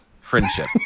friendship